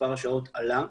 מספר השעות עלה.